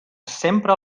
sempre